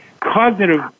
cognitive